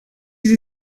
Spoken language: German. sie